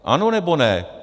Ano, nebo ne?